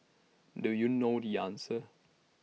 do you know the answer